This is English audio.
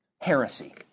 Heresy